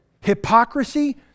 hypocrisy